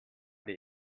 did